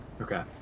okay